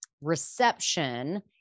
reception